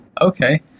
Okay